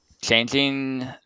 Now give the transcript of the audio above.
changing